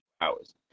hours